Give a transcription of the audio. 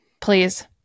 Please